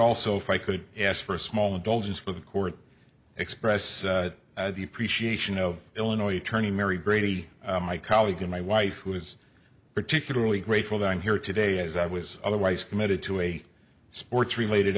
also if i could ask for a small indulgence for the court express appreciation of illinois attorney mary brady my colleague and my wife was particularly grateful that i'm here today as i was otherwise committed to a sports related